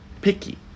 picky